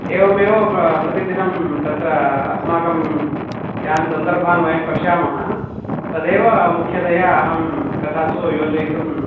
एवमेव प्रतिदिनं तत्र अस्माकं यान् सन्दर्भान् वयं पश्यामः तदेव मुख्यतया अहं कथासु योजयितुं